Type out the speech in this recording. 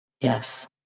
Yes